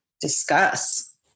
Discuss